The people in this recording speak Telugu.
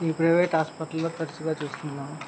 ప్రైవేట్ హాస్పిటల్లో తరచుగా చూస్తున్నాము